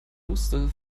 wusste